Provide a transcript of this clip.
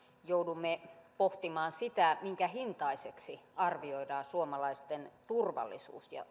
joudumme pohtimaan sitä minkä hintaiseksi arvioidaan suomalaisten turvallisuus ja